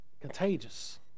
contagious